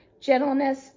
gentleness